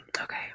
Okay